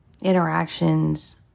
interactions